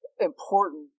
important